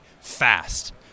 fast